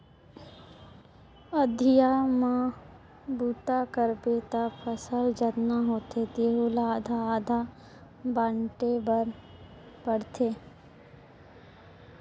अधिया म बूता करबे त फसल जतना होथे तेहू ला आधा आधा बांटे बर पड़थे